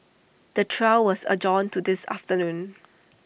the trial was adjourned to this afternoon